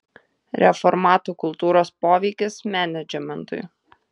reformatų kultūros poveikis menedžmentui